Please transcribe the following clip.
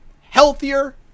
healthier